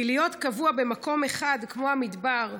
כי להיות קבוע במקום אחד כמו המדבר,